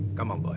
come on, but